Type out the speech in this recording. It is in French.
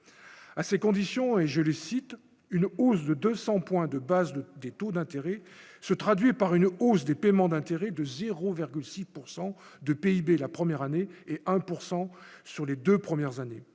à ces conditions et je le cite : une hausse de 200 points de base des taux d'intérêt se traduit par une hausse des paiements d'intérêt de 0,6 pourcent de PIB, la première année et 1 pourcent sur les 2 premières années